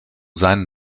seinen